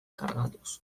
kargatuz